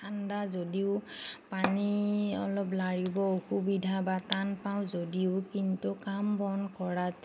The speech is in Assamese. ঠাণ্ডা যদিও পানী অলপ লাৰিব অসুবিধা বা টান পাওঁ যদিও কিন্তু কাম বন কৰাত